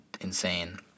insane